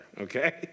okay